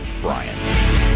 Brian